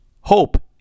Hope